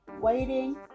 waiting